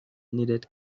needed